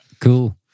Cool